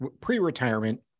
pre-retirement